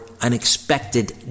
unexpected